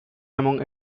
among